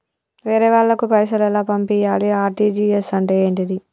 వేరే వాళ్ళకు పైసలు ఎలా పంపియ్యాలి? ఆర్.టి.జి.ఎస్ అంటే ఏంటిది?